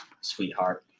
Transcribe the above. sweetheart